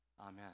Amen